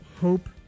hope